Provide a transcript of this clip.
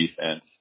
defense